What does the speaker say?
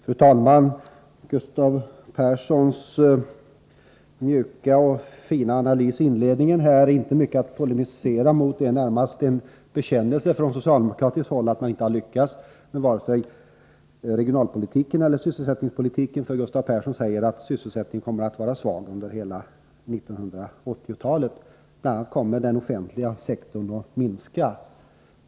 Fru talman! Gustav Perssons mjuka och fina analys i inledningen är inte mycket att polemisera mot. Det var närmast en bekännelse från socialdemokratiskt håll att man inte har lyckats med vare sig regionalpolitiken eller sysselsättningspolitiken. Gustav Persson säger nämligen att sysselsättningen kommer att vara svag under hela 1980-talet. Bl. a. kommer den offentliga sektorn att minska.